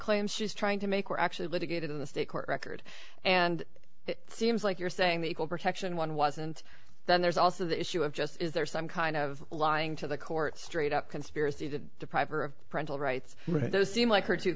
claims she's trying to make were actually litigated in the state court record and it seems like you're saying the equal protection one wasn't then there's also the issue of just is there some kind of lying to the court straight up conspiracy to deprive her of parental rights but it does seem like her t